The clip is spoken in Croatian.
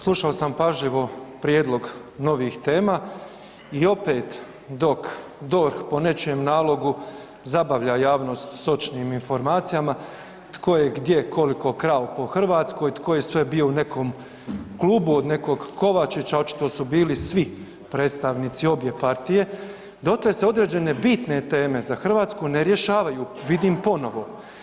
Slušao sam pažljivo prijedlog novih tema i opet dok DORH po nečijem nalogu zabavlja javnost sočnim informacijama, tko je gdje koliko krao po Hrvatskoj, tko je sve bio u nekom klubu od nekog Kovačića, očito su bili svi predstavnici obje partije, dotle se određene bitne teme za Hrvatsku ne rješavaju, vidim, ponovo.